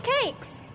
cakes